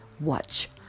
Watch